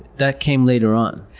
that came later on.